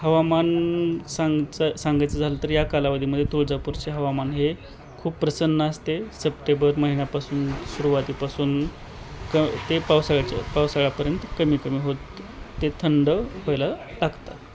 हवामान सांगयचं सांगायचं झालं तर या कालावधीमध्ये तुळजापूरचे हवामान हे खूप प्रसन्न असते सप्टेबर महिन्यापासून सुरुवातीपासून क ते पावसाळ्याचे पावसाळापर्यंत कमी कमी होत ते थंड व्हायला टाकतात